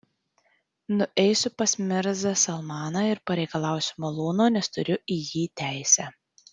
nueisiu pas mirzą salmaną ir pareikalausiu malūno nes turiu į jį teisę